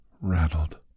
rattled